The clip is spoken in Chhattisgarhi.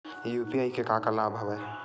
यू.पी.आई के का का लाभ हवय?